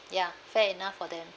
ya fair enough for them